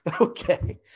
okay